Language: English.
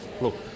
Look